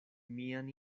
mian